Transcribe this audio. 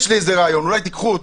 יש לי איזה רעיון אולי תיקחו אותו.